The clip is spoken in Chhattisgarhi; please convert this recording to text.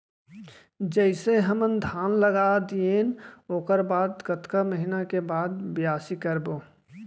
जइसे हमन धान लगा दिएन ओकर बाद कतका महिना के बाद बियासी करबो?